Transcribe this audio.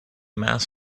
mass